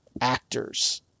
actors